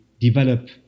develop